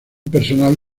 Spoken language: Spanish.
personal